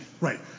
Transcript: Right